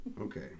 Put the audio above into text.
Okay